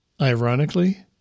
Ironically